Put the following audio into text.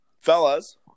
Fellas